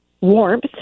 warmth